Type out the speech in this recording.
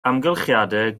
amgylchiadau